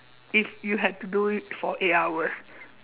if you had to do it for eight hours